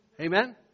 Amen